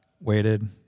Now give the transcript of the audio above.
waited